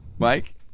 Mike